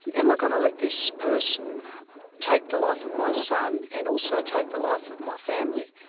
am i going to let this person take the life of my son and also take the life of my family,